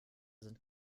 sind